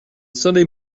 sunday